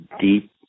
deep